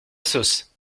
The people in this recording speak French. sauce